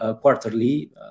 quarterly